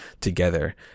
together